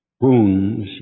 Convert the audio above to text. wounds